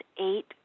eight